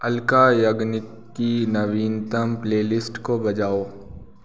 अल्का यागनिक की नवीनतम प्लेलिस्ट को बजाओ